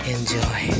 Enjoy